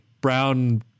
brown